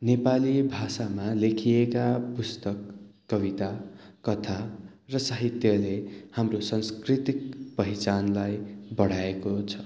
नेपाली भाषामा लेखिएका पुस्तक कविता कथा र साहित्यले हाम्रो सांस्कृतिक पहिचानलाई बढाएको छ